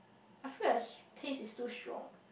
I feel that the taste is too strong